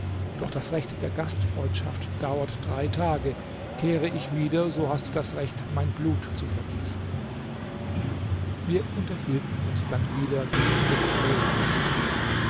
doch das recht der gastfreundschaft dauert drei tage kehre ich wieder so hast du das recht mein blut zu vergießen wir unterhielten uns dann wieder wie in den frühern nächten